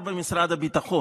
השר אמסלם,